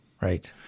Right